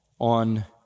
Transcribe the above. on